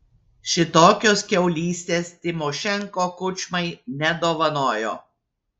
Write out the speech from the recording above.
šitokios kiaulystės tymošenko kučmai nedovanojo